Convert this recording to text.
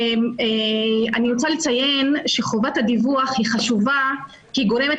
אני רוצה לציין שחובת הדיווח היא חשובה כי היא גורמת